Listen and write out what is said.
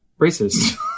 racist